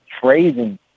phrasing